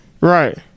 right